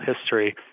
history